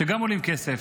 שגם עולים כסף,